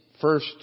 first